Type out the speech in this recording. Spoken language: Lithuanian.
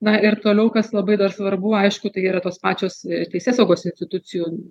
na ir toliau kas labai dar svarbu aišku tai yra tos pačios teisėsaugos institucijų